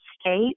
state